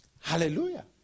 Hallelujah